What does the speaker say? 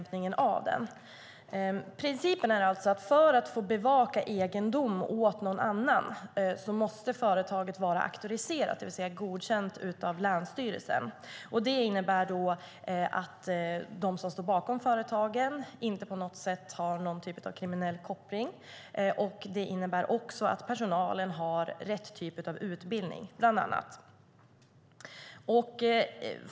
Principen är att för att få bevaka egendom åt någon annan måste företaget vara auktoriserat, det vill säga godkänt av länsstyrelsen. Det innebär bland annat att de som står bakom företaget inte har någon kriminell koppling och att personalen har rätt typ av utbildning.